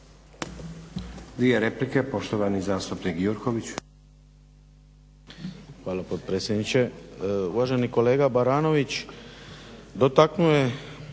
Dvije replike. Poštovani zastupnik Gjurković.